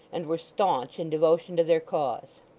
and were staunch in devotion to their cause.